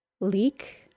Leak